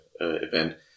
event